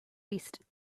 least